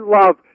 Love